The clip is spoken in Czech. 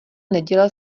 neděle